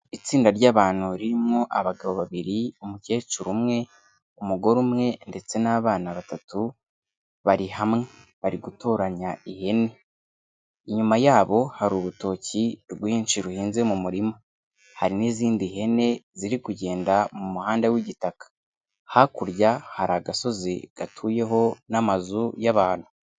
Itsinda ry'abantu ririmo abagabo babiri, umukecuru umwe, umugore umwe, ndetse n'abana batatu bari hamwe, bari gutoranya ihene, inyuma yabo hari urutoki rwinshi ruhinze mu murima, hari n'izindi hene ziri kugenda mu muhanda w'igitaka, hakurya hari agasozi gatuyeho n'amazu y'abantu.